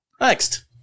Next